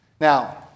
Now